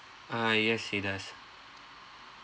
ah yes he does